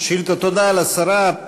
תודה לשרה.